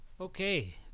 Okay